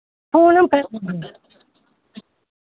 phone हम कर देंगे